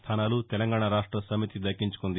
స్థానాలు తెలంగాణ రాష్ట నమితి దక్కించుకుంది